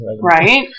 Right